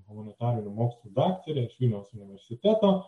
humanitarinių mokslų daktarę vilniaus universiteto